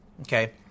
okay